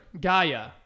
Gaia